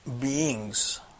beings